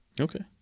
Okay